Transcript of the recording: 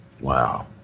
Wow